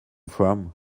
from